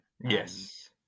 Yes